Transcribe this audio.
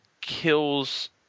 kills